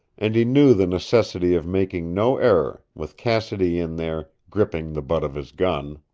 and he knew the necessity of making no error, with cassidy in there, gripping the butt of his gun.